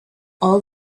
all